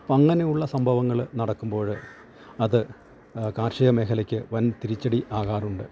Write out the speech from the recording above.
അപ്പം അങ്ങനെയുള്ള സംഭവങ്ങള് നടക്കുമ്പോഴ് അത് കാർഷിക മേഖലക്ക് വൻ തിരിച്ചടി ആകാറുണ്ട്